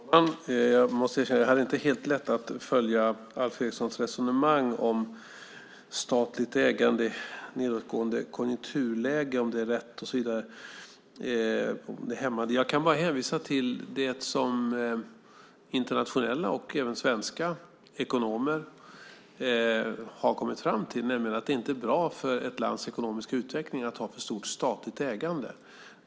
Fru talman! Jag måste erkänna att jag inte hade helt lätt att följa Alf Erikssons resonemang om statligt ägande i nedåtgående konjunkturläge, om det är rätt och så vidare, om det är hämmande. Jag kan bara hänvisa till det som internationella och även svenska ekonomer har kommit fram till, nämligen att det inte är bra för ett lands ekonomiska utveckling att ha för stort statligt ägande.